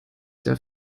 der